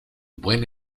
buen